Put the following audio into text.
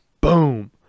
boom